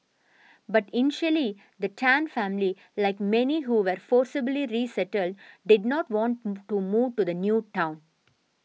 but initially the Tan family like many who were forcibly resettled did not want to move to the new town